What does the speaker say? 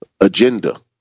agenda